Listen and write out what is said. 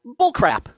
Bullcrap